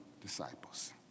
disciples